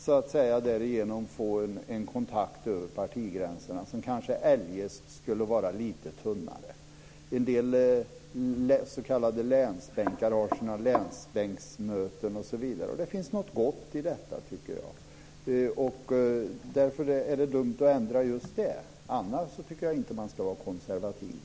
De kan därigenom få en kontakt över partigränserna som kanske eljest skulle vara lite tunnare. En del s.k. länsbänkar har sina länsbänksmöten osv. Det finns något gott i detta. Därför är det dumt att ändra just det. Annars tycker jag inte att man ska vara konservativ.